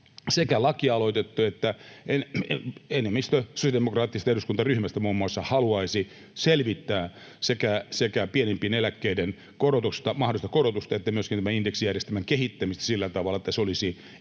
tehty lakialoite: enemmistö sosiaalidemokraattisesta eduskuntaryhmästä muun muassa haluaisi selvittää sekä pienimpien eläkkeiden mahdollista korotusta että myöskin tämän indeksijärjestelmän kehittämistä sillä tavalla, että se olisi